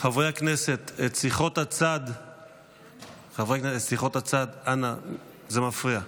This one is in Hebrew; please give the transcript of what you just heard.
חברי הכנסת, שיחות הצד, אנא, זה מפריע.